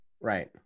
Right